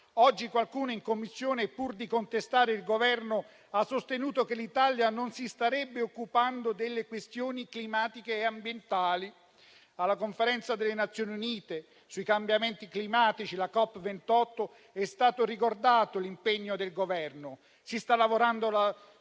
Oggi qualcuno in Commissione, pur di contestare il Governo, ha sostenuto che l'Italia non si starebbe occupando delle questioni climatiche e ambientali. Alla Conferenza delle Nazioni Unite sui cambiamenti climatici, la COP28, è stato ricordato l'impegno del Governo: si sta lavorando alla